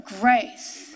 grace